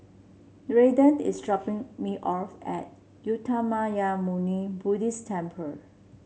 Raiden is dropping me off at Uttamayanmuni Buddhist Temple